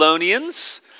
Thessalonians